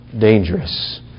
dangerous